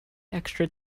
extra